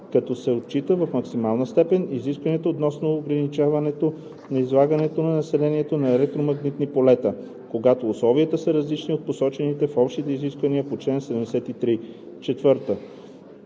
като се отчитат в максимална степен изискванията относно ограничаването на излагането на населението на електромагнитни полета, когато условията са различни от посочените в общите изисквания по чл. 73; 4.